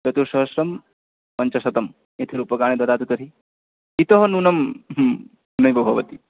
चतुस्सहस्रं पञ्चशतम् इति रूप्यकाणि ददातु तर्हि इतः न्यूनं नैव भवति